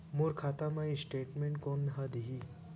मोर खाता के स्टेटमेंट कोन ह देही?